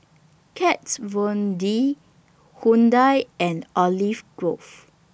Kat Von D Hyundai and Olive Grove